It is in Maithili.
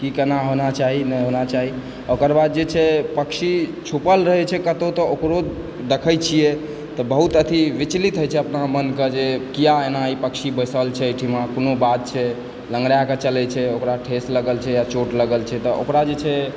की केना होना चाही नहि होना चाही ओकर बाद जे छै पक्षी छुपल रहय छै कतहुँ तऽ ओकरो देखय छियै बहुत अथी विचलित होइ छै अपना मनके जे किआ एना ई पक्षी बसिल छै एहिठमा कोनो बात छै लँगड़ाकऽ चलैत छै ओकरा ठेस लागल छै या चोट लगल छै तऽ ओकरा जे छै